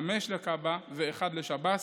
חמישה לכב"ה ואחד לשב"ס,